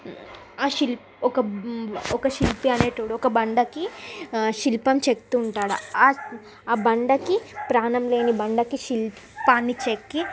ఆ శిల్పి ఒక ఒక శిల్పి అనేవాడు ఒక బండకి శిల్పం చెక్కుతూ ఉంటాడు ఆ బండకి ప్రాణంలేని బండకి శిల్పాన్ని చెక్కి